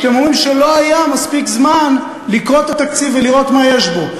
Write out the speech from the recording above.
שאתם אומרים שלא היה מספיק זמן לקרוא את התקציב ולראות מה יש בו.